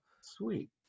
Sweet